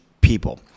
people